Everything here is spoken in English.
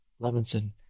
Levinson